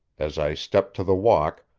as i stepped to the walk,